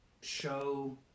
show